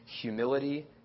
Humility